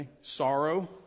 Sorrow